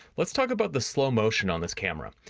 let's talk about the slow motion on this camera.